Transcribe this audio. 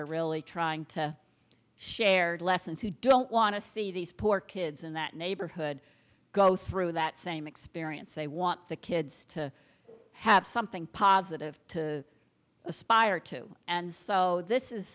are really trying to shared lessons who don't want to see these poor kids in that neighborhood go through that same experience they want the kids to have something positive to aspire to and so this is